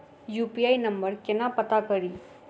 UPI नंबर केना पत्ता कड़ी?